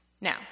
Now